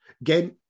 Again